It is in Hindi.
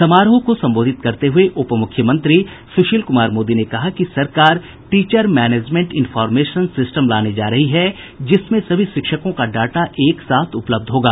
समारोह को संबोधित करते हये उप मूख्यमंत्री सुशील कुमार मोदी ने कहा कि सरकार टीचर मैनेजेमेंट इंफॉर्मेशन सिस्टम लाने जा रही है जिसमें सभी शिक्षकों का डाटा एक साथ उपलब्ध होगा